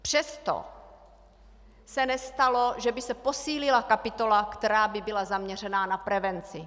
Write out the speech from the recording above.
Přesto se nestalo, že by se posílila kapitola, která by byla zaměřena na prevenci.